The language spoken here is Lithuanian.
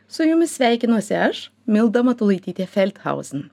su jumis sveikinuosi aš milda matulaitytė felthauzin